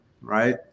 right